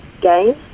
game